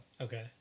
Okay